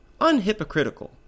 unhypocritical